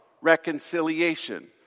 reconciliation